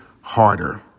Harder